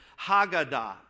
Haggadah